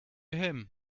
him